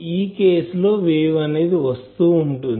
ఈ కేసు లో వేవ్ అనేది వస్తూ ఉంటుంది